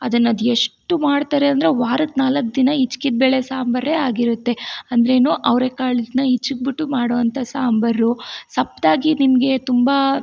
ಅದನ್ನು ಅದೆಷ್ಟು ಮಾಡ್ತಾರೆ ಅಂದರೆ ವಾರಕ್ಕೆ ನಾಲ್ಕು ದಿನ ಹಿಚ್ಕಿದ ಬೇಳೆ ಸಾಂಬಾರ್ರೇ ಆಗಿರುತ್ತೆ ಅಂದರೇನೂ ಅವ್ರೆಕಾಳನ್ನು ಹಿಚುಕ್ಬಿಟ್ಟು ಮಾಡುವಂಥ ಸಾಂಬಾರು ಸಪ್ತಾಗಿ ನಿಮಗೆ ತುಂಬ